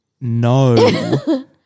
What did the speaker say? No